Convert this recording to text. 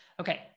Okay